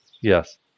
Yes